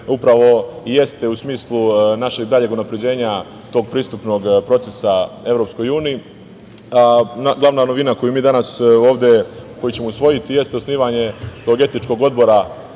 upravo jeste u smislu našeg daljeg unapređenja tog pristupnog procesa Evropskoj uniji. Glavna novina koju ćemo mi danas ovde usvojiti jeste osnivanje tog etičkog odbora,